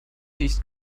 riecht